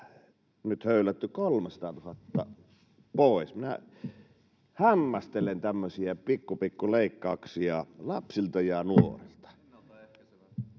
nyt höylätty 300 000 pois. Minä hämmästelen tämmöisiä pikku, pikku leikkauksia lapsilta ja nuorilta.